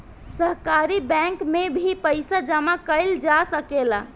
सहकारी बैंक में भी पइसा जामा कईल जा सकेला